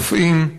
רופאים.